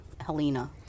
Helena